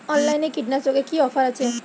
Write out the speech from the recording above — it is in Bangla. অনলাইনে কীটনাশকে কি অফার আছে?